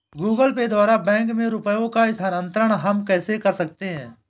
Google Pay द्वारा bank में रुपयों का स्थानांतरण हम कैसे कर सकते हैं?